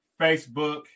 Facebook